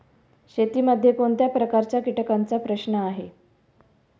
शेतीमध्ये कोणत्या प्रकारच्या कीटकांचा प्रश्न आहे?